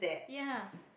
ya